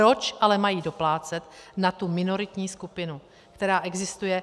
Proč ale mají doplácet na tu minoritní skupinu, která existuje?